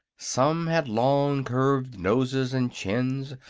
some had long, curved noses and chins,